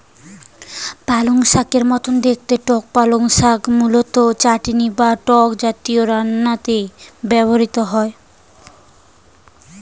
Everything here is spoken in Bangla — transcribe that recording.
পালংশাকের মতো দেখতে টক পালং শাক মূলত চাটনি বা টক জাতীয় রান্নাতে ব্যবহৃত হয়